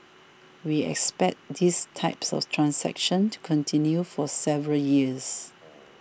we expect these types of transactions to continue for several years